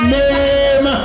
name